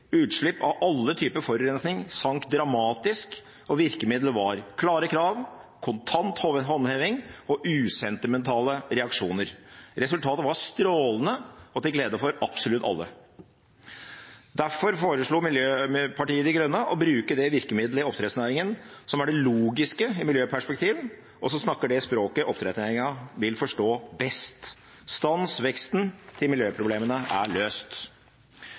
Utslipp av alle typer forurensning sank dramatisk, og virkemidlet var klare krav, kontant håndheving og usentimentale reaksjoner. Resultatet var strålende og til glede for absolutt alle. Derfor foreslår Miljøpartiet De Grønne å bruke det virkemidlet i oppdrettsnæringen som er det logiske i miljøperspektivet, og som snakker det språket oppdrettsnæringen vil forstå best: Stans veksten til miljøproblemene er løst!